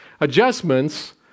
Adjustments